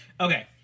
Okay